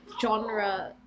genre